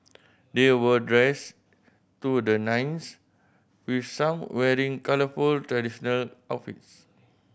they were dressed to the nines with some wearing colourful traditional outfits